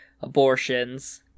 abortions